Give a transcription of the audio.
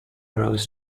rose